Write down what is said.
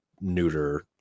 neuter